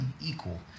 equal